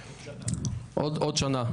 עוד שנה.